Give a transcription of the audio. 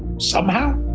somehow,